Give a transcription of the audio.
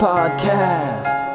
Podcast